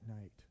night